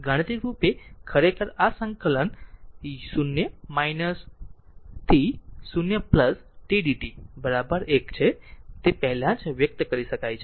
ગાણિતિક રૂપે ખરેખર આ સંકલન 0 to 0 t d t 1 છે તે પહેલાં જ વ્યક્ત કરી શકે છે